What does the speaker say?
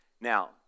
Now